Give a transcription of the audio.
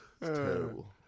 terrible